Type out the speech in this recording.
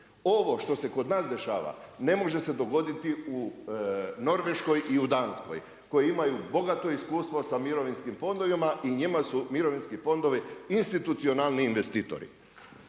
Ovo što se kod nas dešava, ne može se dogoditi u Norveškoj i u Danskoj koje imaju bogato iskustvo sa mirovinskim fondovima i njima su mirovinskim fondovi institucijalni investitori.